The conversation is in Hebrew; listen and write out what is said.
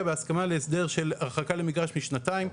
בהסכמה להסדר של הרחקה למגרש משנתיים.